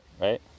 right